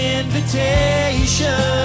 invitation